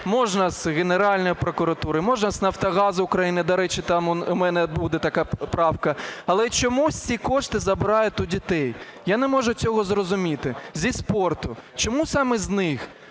можна з Генеральної прокуратури, можна з "Нафтогаз України", до речі, там у мене буде така правка. Але чомусь ці кошти забирають у дітей – я не можу цього зрозуміти – зі спорту. Чому саме з них?